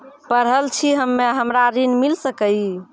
पढल छी हम्मे हमरा ऋण मिल सकई?